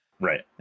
Right